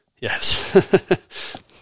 Yes